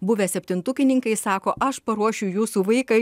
buvę septintukininkai sako aš paruošiu jūsų vaiką